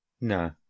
No